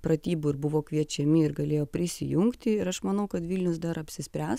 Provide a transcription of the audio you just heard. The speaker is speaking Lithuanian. pratybų ir buvo kviečiami ir galėjo prisijungti ir aš manau kad vilnius dar apsispręs